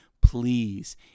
Please